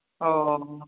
ᱚ